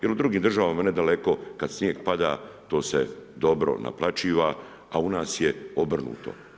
Jer u drugim državama ne daleko, kad snijeg pada to se dobro naplaćuje, a kod nas je obrnuto.